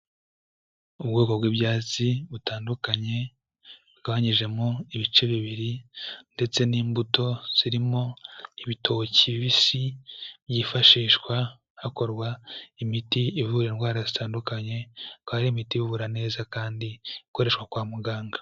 Ubwoko bw'ibyatsi butandukanye bugabanyijemo ibice bibiri ndetse n'imbuto zirimo ibitoki bibisi byifashishwa hakorwa imiti ivura indwara zitandukanye, akaba ari imiti ivura neza kandi ikoreshwa kwa muganga.